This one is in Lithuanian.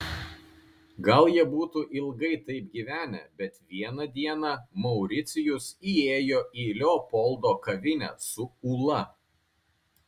gal jie būtų ilgai taip gyvenę bet vieną dieną mauricijus įėjo į leopoldo kavinę su ula